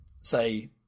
say